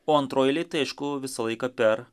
o antroj eilėj tai aišku visą laiką per